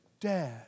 Dad